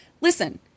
Listen